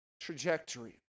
trajectory